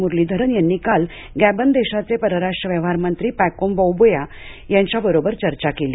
मुरलीधरन यांनी काल गॅबन देशाचे परराष्ट्र व्यवहार मंत्री पॅकोम बोऊबेया यांच्याबरोबर चर्चा केली